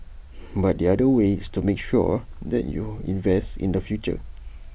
but the other way is to make sure that you invest in the future